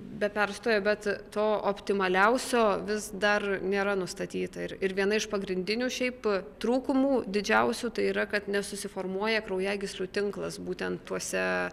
be perstojo bet to optimaliausio vis dar nėra nustatyta ir ir viena iš pagrindinių šiaip trūkumų didžiausių tai yra kad nesusiformuoja kraujagyslių tinklas būtent tuose